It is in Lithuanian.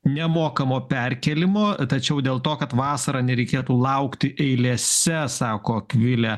nemokamo perkėlimo tačiau dėl to kad vasarą nereikėtų laukti eilėse sako akvilė